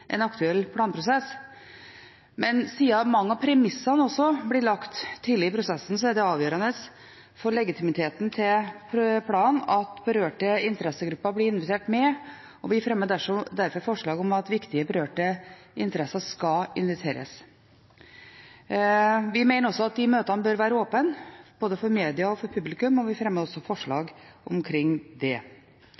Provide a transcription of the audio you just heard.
en aktuell planprosess, men siden mange av premissene også blir lagt tidlig i prosessen, er det avgjørende for legitimiteten til planen at berørte interessegrupper blir invitert med, og vi fremmer derfor forslag om at viktige berørte interesser skal inviteres. Vi mener at de møtene bør være åpne, både for media og for publikum, og vi fremmer forslag om det. Det er i allmennhetens interesse å få kjennskap også